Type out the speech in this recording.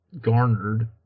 garnered